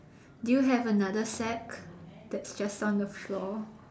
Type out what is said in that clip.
do you have another sack that's just on the floor